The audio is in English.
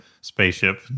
spaceship